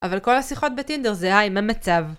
אבל כל השיחות בטינדר זה היי, מה מצב?